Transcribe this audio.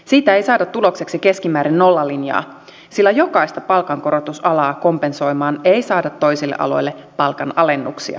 siitä ei saada tulokseksi keskimäärin nollalinjaa sillä jokaista palkankorotusalaa kompensoimaan ei saada toisille aloille palkanalennuksia